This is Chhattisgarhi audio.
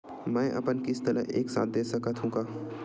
मै अपन किस्त ल एक साथ दे सकत हु का?